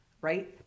right